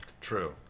True